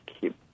keep